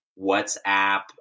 WhatsApp